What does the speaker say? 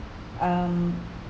um